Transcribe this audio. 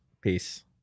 peace